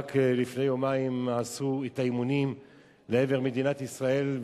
שרק לפני יומיים עשתה את האימונים לעבר מדינת ישראל,